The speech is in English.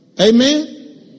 Amen